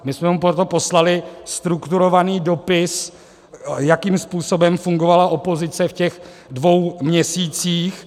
My jsme mu proto poslali strukturovaný dopis, jakým způsobem fungovala opozice v těch dvou měsících.